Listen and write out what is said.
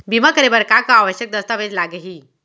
बीमा करे बर का का आवश्यक दस्तावेज लागही